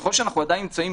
ככל שאנחנו עדיין נמצאים,